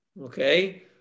Okay